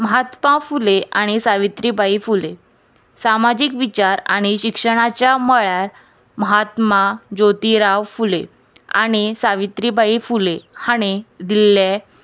म्हात्मा फुले आनी सावित्रीबाई फुले सामाजीक विचार आनी शिक्षणाच्या म्हळ्यार म्हात्मा ज्योती राव फुले आणी सावित्रीबाई फुले हाणें दिल्ले